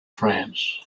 france